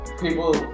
people